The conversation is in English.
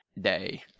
Day